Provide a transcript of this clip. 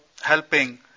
helping